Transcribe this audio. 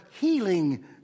healing